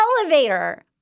elevator